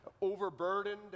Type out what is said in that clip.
overburdened